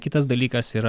kitas dalykas yra